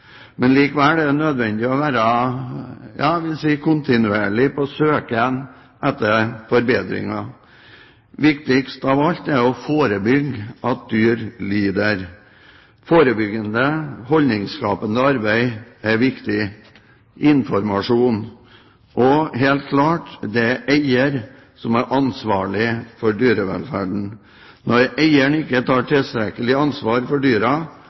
Men likevel er det nødvendig å være på kontinuerlig søken etter forbedringer. Viktigst av alt er å forebygge at dyr lider. Forebyggende, holdningsskapende arbeid er viktig informasjon. Det er helt klart at det er eieren som er ansvarlig for dyrevelferden. Når eieren ikke tar tilstrekkelig ansvar for